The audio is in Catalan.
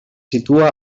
situa